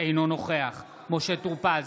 אינו נוכח משה טור פז,